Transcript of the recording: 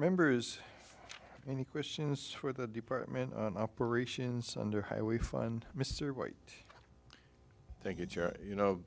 members any questions for the department operations under highway fund mr white thank you you know